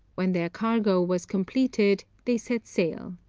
when their cargo was completed, they set sail.